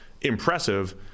impressive